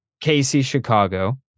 Casey-Chicago